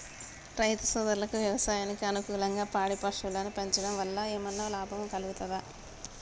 రైతు సోదరులు వ్యవసాయానికి అనుకూలంగా పాడి పశువులను పెంచడం వల్ల ఏమన్నా లాభం కలుగుతదా?